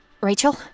Rachel